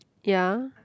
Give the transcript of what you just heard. ya